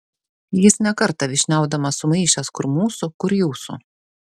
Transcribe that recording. jis ne kartą vyšniaudamas sumaišęs kur mūsų kur jūsų